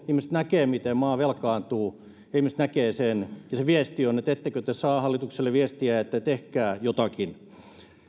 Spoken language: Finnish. ihmiset näkevät miten maa velkaantuu ihmiset näkevät sen ja se viesti on että ettekö te saa hallitukselle viestiä että tehkää jotakin